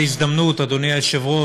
אבל זאת הזדמנות, אדוני היושב-ראש,